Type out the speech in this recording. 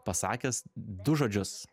pasakęs du žodžius